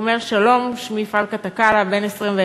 הוא אומר: שלום, שמי פלקה טאקלה, בן 21,